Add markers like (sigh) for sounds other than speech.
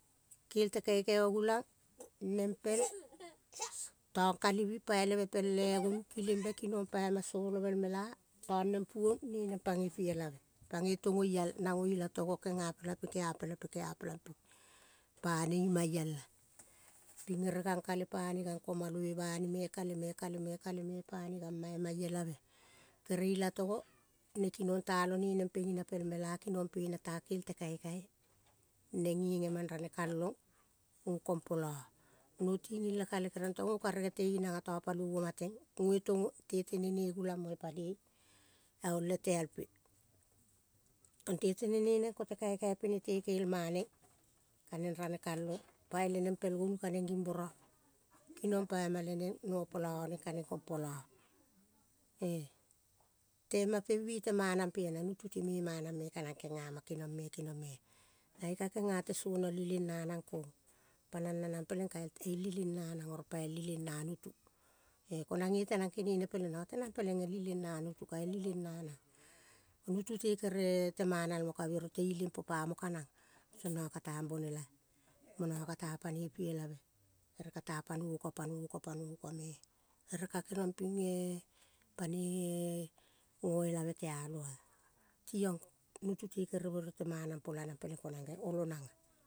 Kel te kaikai ogulang nempel (noise) tong kalivi paileve pel eh gonu kileng be kinong pai ma sobolovel mela tong neng puong nenang pagoi pi elave pagoi tego iel nago ilatogo genga pelai pe genga pela pe pa ne ima iel ah. Ping ere kang kale pane, komaloi bane me kale me, kale me, kale me pane kama mai ielave. Kere olatogo ne kinong talong neneng pegina pel mela, kinong pena ta kel te kaikai neng ge gemang rane kalong go kompolo ah. No tinging le kale tong oh karege te inaga ah, topaloi ama tent, goge togo. Nete tene ne gulang mo yo paloi aole teal pe. Tetene nenang ko te kaikai pine te kel maneng, kaneng rane kalong pai leneng pel gonu kaneng ging boro, kinong paima leneng nopolo oneng kaneng gong polo ah. Tempape bi temana pea na nutu me ma nang me kanang. Kengamame keniong me, keniong mo ah. Nange ka kenga tesono el ileng nanang kong pa nang nanang peleng ka el ileng nanang oro pael ileng na nutu eh konang ge tenang kenene peleng. Nango tenang peleng el ileng na nutu kael ileng nanang. Nutu te kere temanal mo ka bioro te ilum popamo kanang, konango kata bonela ah monango kata panoi pi elave ah. Ere kata panoi oko, oko, me ah ere ka keniong ping eh panoi eh goelave tialong ah. Tiong nutu te kere biero temana po lanang peleng konang olo nang ah.